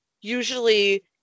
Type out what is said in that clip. usually